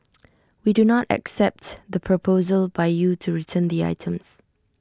we do not accept the proposal by you to return the items